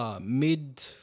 mid